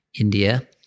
India